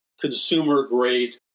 consumer-grade